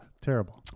terrible